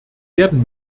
werden